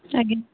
ଆଜ୍ଞା